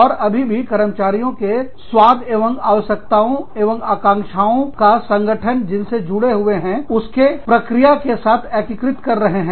और अभी भी कर्मचारियों के स्वाद एवं आवश्यकताओं एवं आकांक्षाओं का संगठन जिन से जुड़े हुए हैं उसके प्रक्रिया के साथ एकीकृत कर रहे हैं